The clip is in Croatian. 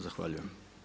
Zahvaljujem.